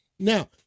Now